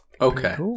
Okay